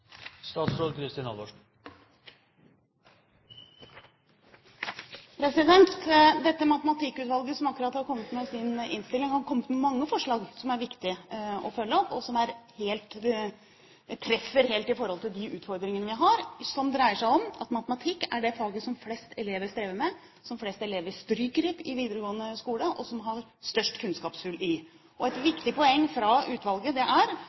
Dette matematikkutvalget som akkurat har kommet med sin innstilling, har kommet med mange forslag som det er viktig å følge opp, og som treffer helt i forhold til de utfordringene vi har, som dreier seg om at matematikk er det faget som flest elever strever med, som flest elever stryker i i videregående skole, og som man har størst kunnskapshull i. Et viktig poeng fra utvalget er